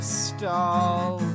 stall